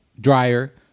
dryer